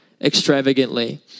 extravagantly